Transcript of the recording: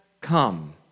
come